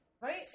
right